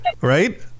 right